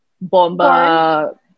bomba